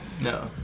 no